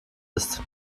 ist